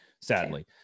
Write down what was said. sadly